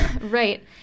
Right